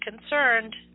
concerned